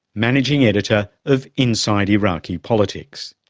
managing editor of inside iraqi politics.